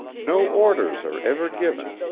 no orders are ever given,